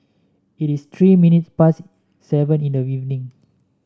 it is three minutes past seven in the evening